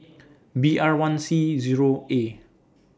B R one C Zero A